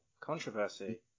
controversy